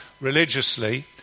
religiously